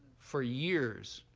for years,